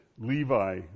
Levi